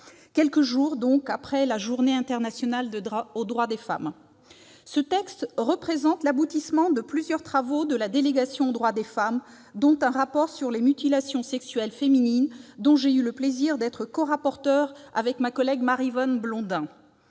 quelques jours après la Journée internationale des droits des femmes. Ce texte représente l'aboutissement de plusieurs travaux de la délégation aux droits des femmes, dont un rapport sur les mutilations sexuelles féminines dont j'ai eu le plaisir d'être corapporteure avec ma collègue Maryvonne Blondin.